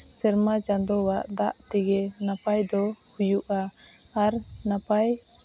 ᱥᱮᱨᱢᱟ ᱪᱟᱸᱫᱚᱣᱟᱜ ᱫᱟᱜ ᱛᱮᱜᱮ ᱱᱟᱯᱟᱭ ᱫᱚ ᱦᱩᱭᱩᱜᱼᱟ ᱟᱨ ᱱᱟᱯᱟᱭ